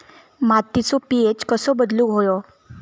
मातीचो पी.एच कसो बदलुक होयो?